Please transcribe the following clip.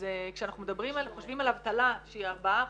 אז כשאנחנו חושבים על אבטלה שהיא 4%,